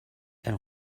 elle